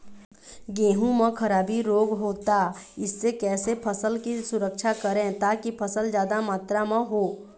गेहूं म खराबी रोग होता इससे कैसे फसल की सुरक्षा करें ताकि फसल जादा मात्रा म हो?